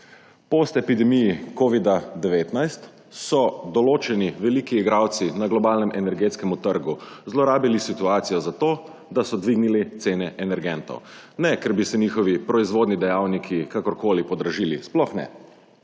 Post epidemiji covida-19 so določeni veliki igralci na globalnem energetskem trgu zlorabili situacijo zato, da so dvignili cene energentov, ne ker bi se njihovi proizvodni dejavniki kakorkoli podražili, sploh ne,